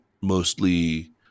mostly